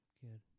Good